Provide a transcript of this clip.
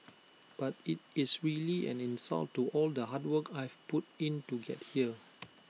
but IT is really an insult to all the hard work I've put in to get here